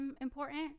important